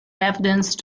evidence